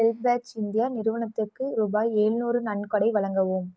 HelpAge India நிறுவனத்துக்கு ரூபாய் ஏழ்நூறு நன்கொடை வழங்கவும்